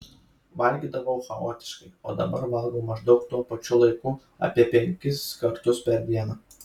valgydavau chaotiškai o dabar valgau maždaug tuo pačiu laiku apie penkis kartus per dieną